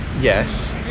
yes